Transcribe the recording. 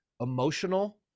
emotional